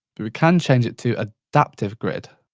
but we can change it to adaptive grid.